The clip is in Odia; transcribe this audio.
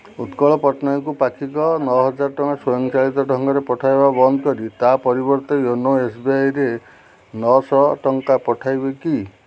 ଉତ୍କଳ ପଟ୍ଟନାୟକଙ୍କୁ ପାକ୍ଷିକ ନଅହଜାର ଟଙ୍କା ସ୍ୱୟଂ ଚାଳିତ ଢଙ୍ଗରେ ପଠାଇବା ବନ୍ଦ କରି ତା ପରିବର୍ତ୍ତେ ୟୋନୋ ଏସ୍ବିଆଇରେ ନଅଶହ ଟଙ୍କା ପଠାଇବେ କି